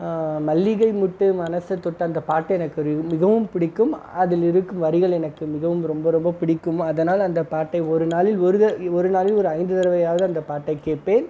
மல்லிகை மொட்டு மனசை தொட்டு அந்த பாட்டு எனக்கு மிகவும் பிடிக்கும் அதில் இருக்கும் வரிகள் எனக்கு மிகவும் ரொம்ப ரொம்ப பிடிக்கும் அதனால் அந்த பாட்டை ஒரு நாளில் ஒரு வே ஒரு நாளில் ஒரு ஐந்து தடவையாவது அந்த பாட்டை கேட்பேன்